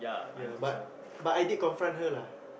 ya but but I did confront her lah